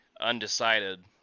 Undecided